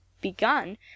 begun